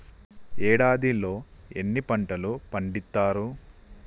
ఏడాదిలో ఎన్ని పంటలు పండిత్తరు?